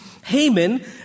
Haman